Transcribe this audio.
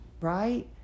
right